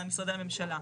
משרדי הממשלה.